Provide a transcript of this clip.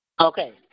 Okay